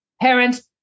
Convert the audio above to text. parents